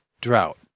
drought